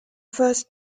first